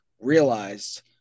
realized